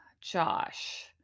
Josh